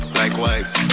likewise